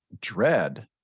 dread